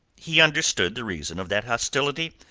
he understood the reason of that hostility,